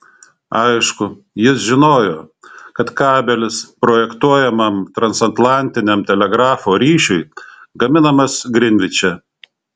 aišku jis žinojo kad kabelis projektuojamam transatlantiniam telegrafo ryšiui gaminamas grinviče